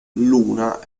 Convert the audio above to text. luna